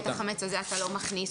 את החמץ הזה אתה לא מכניס,